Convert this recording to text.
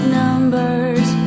numbers